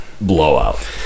blowout